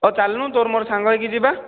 ହଉ ଚାଲୁନୁ ତୋର ମୋର ସାଙ୍ଗ ହୋଇକି ଯିବା